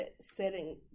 setting